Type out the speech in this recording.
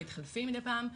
הם מתחלפים מדי פעם,